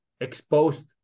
exposed